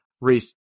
Reese